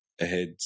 ahead